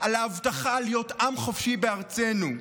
על ההבטחה להיות עם חופשי בארצנו.